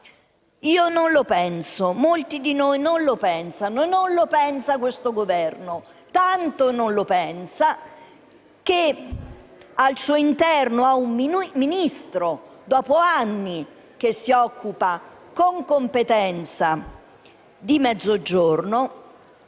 Io non lo penso, molti di noi non lo pensano e non lo pensa questo Governo. Tanto non lo pensa, che al suo interno ha un Ministro, dopo anni, che si occupa con competenza di Mezzogiorno